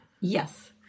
Yes